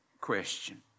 question